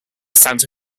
santa